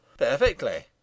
Perfectly